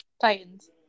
Titans